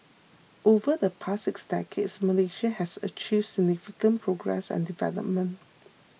over the past six decades Malaysia has achieved significant progress and development